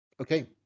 Okay